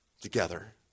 together